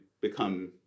become